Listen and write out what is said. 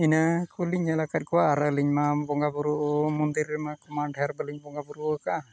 ᱤᱱᱟᱹ ᱠᱚᱞᱤᱧ ᱧᱮᱞ ᱟᱠᱟᱫ ᱠᱚᱣᱟ ᱟᱨ ᱟᱹᱞᱤᱧ ᱢᱟ ᱵᱚᱸᱜᱟᱼᱵᱩᱨᱩ ᱢᱚᱱᱫᱤᱨ ᱨᱮᱢᱟ ᱰᱷᱮᱹᱨ ᱵᱟᱹᱞᱤᱧ ᱵᱚᱸᱜᱟᱼᱵᱩᱨᱩ ᱟᱠᱟᱜᱼᱟ